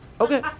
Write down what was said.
Okay